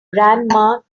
grandma